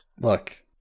Look